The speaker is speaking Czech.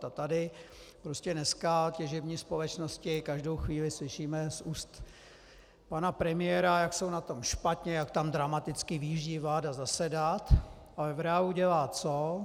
A tady prostě dneska těžební společnosti, každou chvíli slyšíme z úst pana premiéra, jak jsou na tom špatně, jak tam dramaticky vyjíždí vláda zasedat ale v reálu dělá co?